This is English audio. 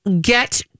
get